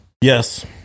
Yes